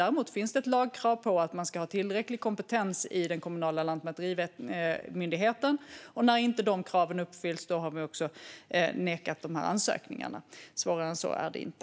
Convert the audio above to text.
Däremot finns det ett lagkrav på att man ska ha tillräcklig kompetens i den kommunala lantmäterimyndigheten, och när inte de kraven uppfyllts har vi avslagit de här ansökningarna. Svårare än så är det inte.